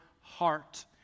heart